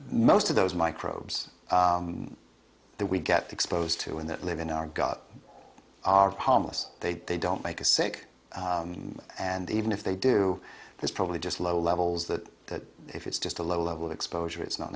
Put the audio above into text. most of those microbes that we get exposed to in that live in our gut are harmless they they don't make a sick and even if they do there's probably just low levels that if it's just a low level exposure it's not